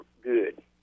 good